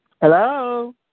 Hello